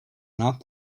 not